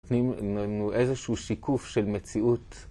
נותנים לנו איזשהו שיקוף של מציאות.